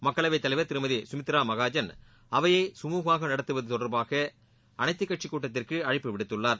மக்களவை தலைவர் திருமதி சுமித்ரா மகாஜன் அவையை சுமூகமாக நடத்துவது தொடர்பாக அனைத்துக் கட்சி கூட்டத்திற்கு அழைப்பு விடுத்துள்ளார்